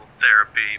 therapy